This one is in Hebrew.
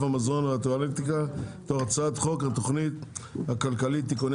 המזון והטואלטיקה) מתוך הצעת חוק התוכנית הכלכלית (תיקוני